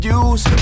use